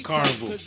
Carnival